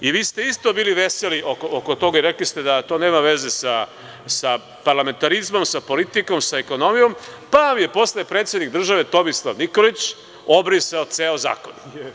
Vi ste isto bili veseli oko toga i rekli ste da to nema veze sa parlamentarizmom, sa politikom, sa ekonomijom, pa vam je posle predsednik države Tomisla Nikolić obrisao ceo zakon.